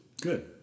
Good